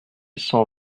cent